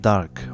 Dark